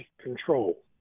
control